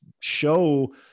show